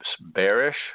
bearish